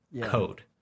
code